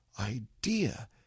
idea